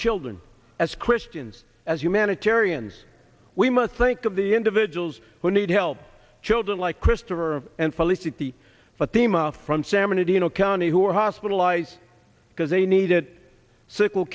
children as christians as humanitarians we must think of the individuals who need help children like christopher and felicity for thema from san bernardino county who are hospitalized because they needed sick